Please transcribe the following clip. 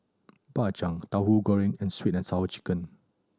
Bak Chang Tauhu Goreng and Sweet And Sour Chicken